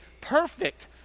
perfect